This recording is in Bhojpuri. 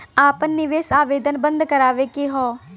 आपन निवेश आवेदन बन्द करावे के हौ?